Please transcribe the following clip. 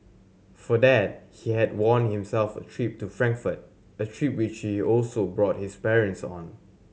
for that he had won himself a trip to Frankfurt a trip which he also brought his parents on